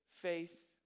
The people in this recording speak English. faith